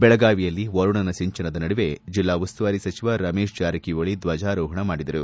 ಬೆಳಗಾವಿಯಲ್ಲಿ ವರುಣನ ಸಿಂಚನದ ನಡುವೆ ಜಿಲ್ಲಾ ಉಸ್ತುವಾರಿ ಸಚಿವ ರಮೇಶ್ ಜಾರಕಿಹೊಳಿ ಧ್ವಜಾರೋಹಣ ಮಾಡಿದರು